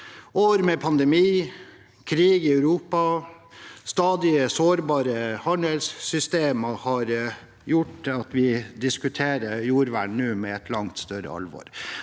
År med pandemi, krig i Europa og stadig sårbare handelssystemer har gjort at vi nå diskuterer jordvern med et langt større alvor.